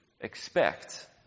expect